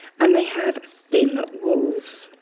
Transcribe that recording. and they have thin walls